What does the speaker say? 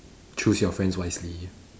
choose your friends wisely